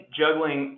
juggling